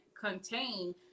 contain